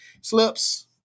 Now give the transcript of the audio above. Slips